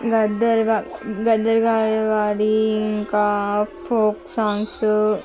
గద్దర్ గారి వారి ఇంకా ఫోక్ సాంగ్సు